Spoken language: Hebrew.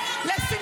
נגמר הזמן.